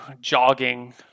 jogging